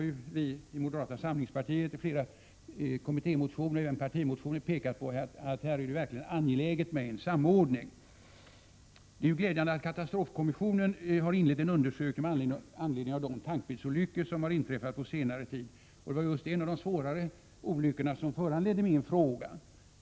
Vi inom moderata samlingspartiet har ju i flera kommittémotioner och även i partimotioner pekat på att det är angeläget med en samordning härvidlag. Det är glädjande att katastrofkommissionen har inlett en undersökning med anledning av de tankbilsolyckor som har inträffat på senare tid. Det var just en av de svårare olyckorna som föranledde min fråga.